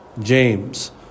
James